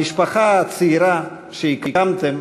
המשפחה הצעירה שהקמתם